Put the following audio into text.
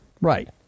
Right